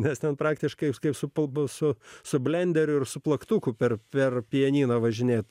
nes ten praktiškai kaip su pabusiu su benderiu ir su plaktuku per per pianiną važinėti